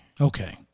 Okay